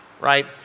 right